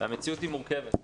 והמציאות היא מורכבת.